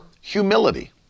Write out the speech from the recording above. humility